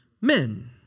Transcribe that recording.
men